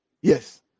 Yes